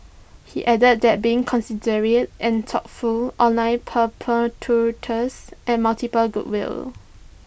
he added that being considerate and thoughtful online perpetuates and multiples goodwill